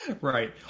Right